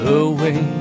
away